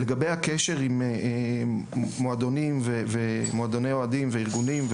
לגבי הקשר עם מועדונים ומועדוני אוהדים וארגונים,